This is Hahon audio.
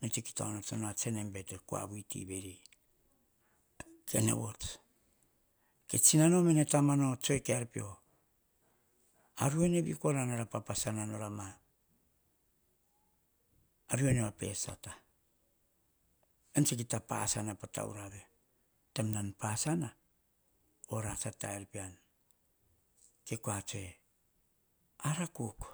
ene tsa kita bete koa viti vere, tsene vots. Ke tsinano mene tamano tsek ar pio. A ruene vi kora nor a papasana nora ma. Ruene vape sata enean tsa kita pasana pah taurave. Taim tsa pasana ora tsa taer pean. Kah tsoe ara kuk